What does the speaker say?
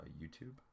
YouTube